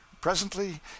Presently